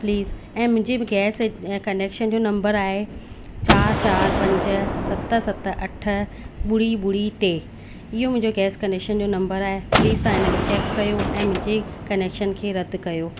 please ऐं मुंहिंजी बि गैस कनेक्शन जो नम्बर आहे चारि चारि पंज सत सत अठ ॿुड़ी ॿुड़ी टे इहो मुंहिंजो गैस कनेक्शन जो नम्बर आहे प्लीज़ तव्हां हिनखे चेक कयो ऐं मुंहिंजे कनेक्शन खे रद्द कयो